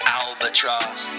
albatross